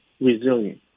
resilient